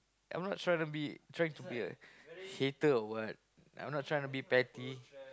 I'm not tryna be trying to be like hater or what I'm not trying to be